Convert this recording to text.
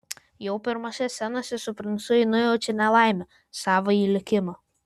jau pirmose scenose su princu ji nujaučia nelaimę savąjį likimą